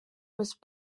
was